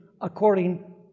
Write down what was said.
according